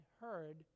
heard